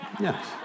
Yes